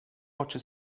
oczy